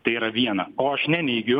tai yra viena o aš neneigiu